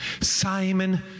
Simon